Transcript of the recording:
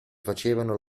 facevano